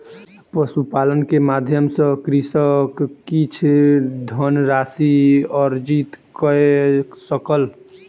पशुपालन के माध्यम सॅ कृषक किछ धनराशि अर्जित कय सकल